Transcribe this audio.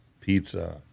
Pizza